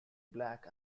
black